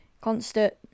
constant